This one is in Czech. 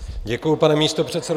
Děkuji, pane místopředsedo.